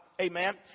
Amen